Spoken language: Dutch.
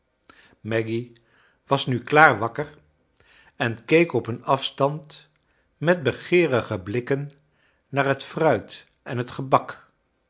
maggy was nu klaar wakker en keek op een afstand met begeerige blikken naar het fruit en het gebak